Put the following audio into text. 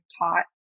taught